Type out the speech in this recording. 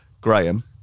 Graham